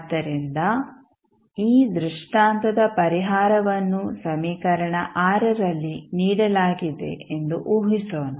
ಆದ್ದರಿಂದ ಈ ದೃಷ್ಟಾಂತದ ಪರಿಹಾರವನ್ನು ಸಮೀಕರಣ ರಲ್ಲಿ ನೀಡಲಾಗಿದೆ ಎಂದು ಊಹಿಸೋಣ